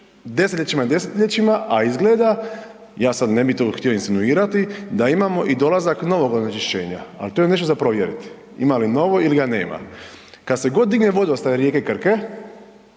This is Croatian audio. desetljećima i desetljećima, a izgleda, ja sad ne bi tu htio insinuirati, da imamo i dolazak novog onečišćenja, al to je nešto za provjeriti, ima li novo ili ga nema. Kad god se digne vodostaj rijeke Krke,